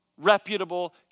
reputable